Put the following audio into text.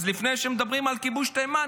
אז לפני שמדברים על כיבוש תימן,